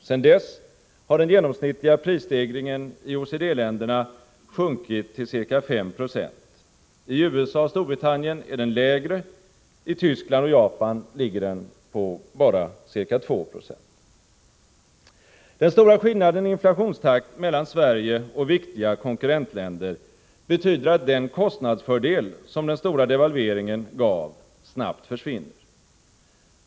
Sedan dess har den genomsnittliga prisstegringen i OECD-länderna sjunkit till ca 5 96. I USA och Storbritannien är den lägre, och i Tyskland och Japan ligger den på endast ca 2 96. Den stora skillnaden i inflationstakt mellan Sverige och viktiga konkurrentländer betyder att den kostnadsfördel som den stora devalveringen gav snabbt försvinner.